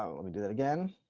so let me do that again,